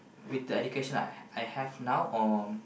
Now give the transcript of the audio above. with the education I I have now or